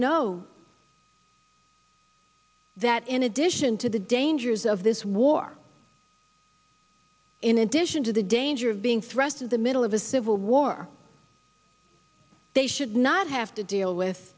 know that in addition to the dangers of this war in addition to the danger of being thrust of the middle of a civil war they should not have to deal with